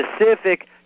specific